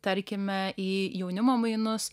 tarkime į jaunimo mainus